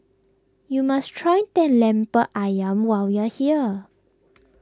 you must try the Lemper Ayam while you are here